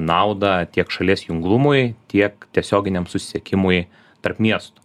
naudą tiek šalies junglumui tiek tiesioginiam susisiekimui tarp miestų